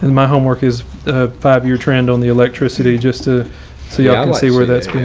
my homework is five year trend on the electricity, just to see i'll see where that's pretty